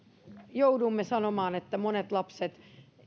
joudumme sanomaan että monet lapset